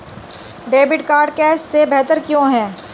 Debit card cash से बेहतर क्यों है?